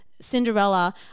Cinderella